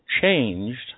changed